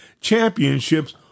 championships